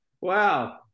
Wow